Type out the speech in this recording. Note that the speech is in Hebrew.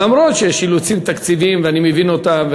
למרות שיש אילוצים תקציביים, ואני מבין אותם.